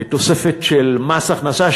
תוספת של מס הכנסה,